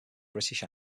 british